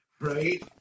Right